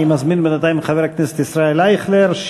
אני מזמין בינתיים את חבר הכנסת ישראל אייכלר.